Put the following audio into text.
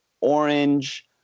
orange